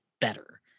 better